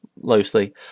loosely